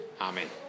Amen